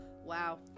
Wow